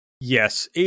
Yes